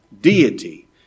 Deity